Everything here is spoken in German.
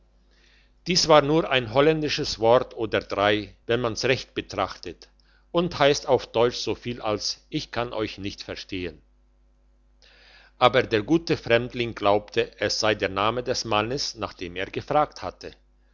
dies war nur ein holländisches wort oder drei wenn man's recht betrachtet und heisst auf deutsch soviel als ich kann euch nicht verstehn aber der gute fremdling glaubte es sei der name des mannes nach dem er gefragt hatte